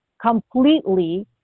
completely